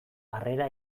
harrera